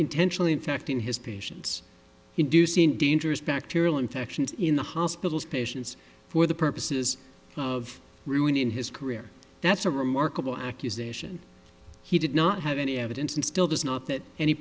intentionally infecting his patients inducing dangerous bacterial infections in the hospitals patients for the purposes of ruining his career that's a remarkable accusation he did not have any evidence and still does not that any